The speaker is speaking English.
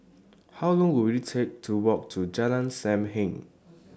How Long Will IT Take to Walk to Jalan SAM Heng